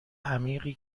عمیقی